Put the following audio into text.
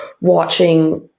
watching